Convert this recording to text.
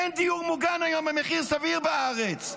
אין דיור מוגן היום במחיר סביר בארץ.